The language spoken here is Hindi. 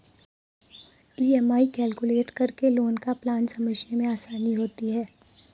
ई.एम.आई कैलकुलेट करके लोन का प्लान समझने में आसानी होती है